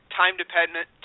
time-dependent